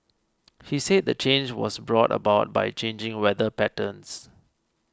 he said the change was brought about by changing weather patterns